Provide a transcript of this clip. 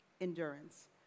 endurance